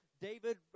David